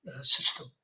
system